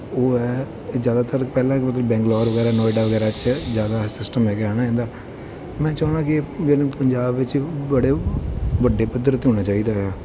ਉਹ ਹੈ ਜ਼ਿਆਦਾਤਰ ਪਹਿਲਾਂ ਹੀ ਮਤਲਬ ਬੈਂਗਲੋਰ ਵਗੈਰਾ ਨੋਇਡਾ ਵਗੈਰਾ 'ਚ ਜ਼ਿਆਦਾ ਸਿਸਟਮ ਹੈਗਾ ਹੈ ਨਾ ਇਹਦਾ ਮੈਂ ਚਾਹੁੰਦਾ ਕਿ ਜਿਹੜਾ ਪੰਜਾਬ ਵਿੱਚ ਬੜੇ ਵੱਡੇ ਪੱਧਰ 'ਤੇ ਹੋਣੇ ਚਾਹੀਦੇ ਆ